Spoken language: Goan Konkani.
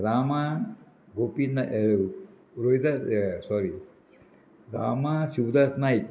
रामा गोपी नाय रोही सॉरी रामा शिवदास नायक